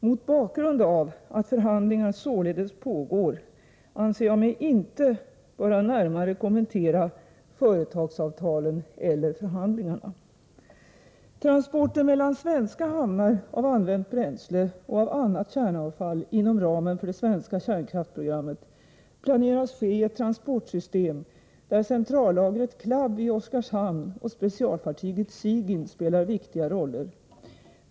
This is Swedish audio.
Mot bakgrund — Nr 7 av att förhandlingar således pågår anser jag mig inte böra närmare kärnavfall inom ramen för det svenska kärnkraftsprogrammet planeras ske i ett transportsystem, där centrallagret CLAB vid Oskarshamn och specialfartyget Sigyn spelar viktiga roller.